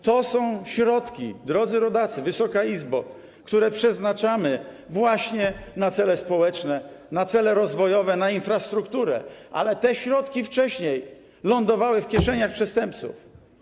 To są środki, drodzy rodacy, Wysoka Izbo, które przeznaczamy właśnie na cele społeczne, na cele rozwojowe, na infrastrukturę, a te środki wcześniej lądowały w kieszeniach przestępców.